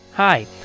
Hi